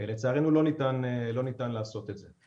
לצערנו לא ניתן לעשות את זה.